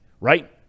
right